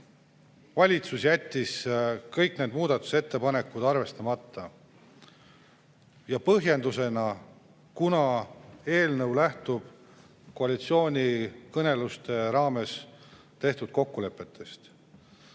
valitsus jättis kõik need muudatusettepanekud arvestamata. Ja põhjendus: kuna eelnõu lähtub koalitsioonikõneluste raames tehtud kokkulepetest.